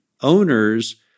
owners